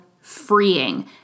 freeing